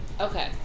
Okay